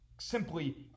simply